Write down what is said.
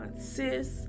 sis